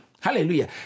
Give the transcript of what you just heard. hallelujah